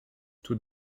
tout